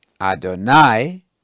Adonai